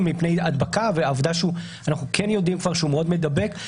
מפני הדבקה והעובדה שאנחנו כן יודעים כבר שהוא מדבק מאוד.